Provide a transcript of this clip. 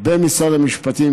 במשרד המשפטים,